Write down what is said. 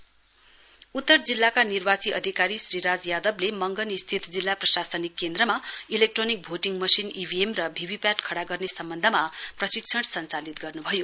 election north उत्तर जिल्लाका निर्वाची अधिकारी श्री राज यादवले मंगन स्थित जिल्ला प्रसासनिक केन्द्रमा इलेक्ट्रोनिक भोटिङ मशिन इभीएम र भीभीपीएटी खडा गर्ने सम्बन्धमा प्रशिक्षण सञ्चालित गर्नुभयो